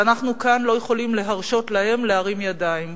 ואנחנו כאן לא יכולים להרשות להם להרים ידיים,